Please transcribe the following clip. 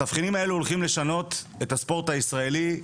התבחינים האלו הולכים לשנות את הספורט הישראלי.